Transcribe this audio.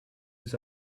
his